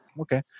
okay